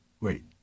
Wait